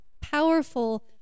powerful